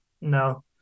No